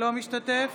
אינו משתתף